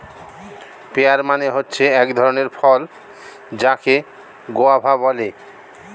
pair মানে হচ্ছে এক ধরণের ফল যাকে গোয়াভা বলে